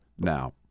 now